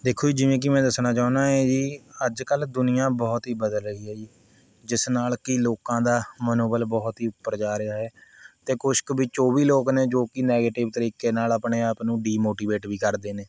ਦੇਖੋ ਜੀ ਜਿਵੇਂ ਕਿ ਮੈਂ ਦੱਸਣਾ ਚਾਹੁੰਦਾ ਏ ਜੀ ਅੱਜ ਕੱਲ੍ਹ ਦੁਨੀਆ ਬਹੁਤ ਹੀ ਬਦਲ ਰਹੀ ਹੈ ਜੀ ਜਿਸ ਨਾਲ਼ ਕਿ ਲੋਕਾਂ ਦਾ ਮਨੋਬਲ ਬਹੁਤ ਹੀ ਉੱਪਰ ਜਾ ਰਿਹਾ ਹੈ ਅਤੇ ਕੁਛ ਕੁ ਵਿੱਚ ਉਹ ਵੀ ਲੋਕ ਨੇ ਜੋ ਕਿ ਨੈਗੇਟਿਵ ਤਰੀਕੇ ਨਾਲ਼ ਆਪਣੇ ਆਪ ਨੂੰ ਡੀਮੋਟੀਵੇਟ ਵੀ ਕਰਦੇ ਨੇ